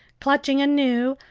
clutching anew,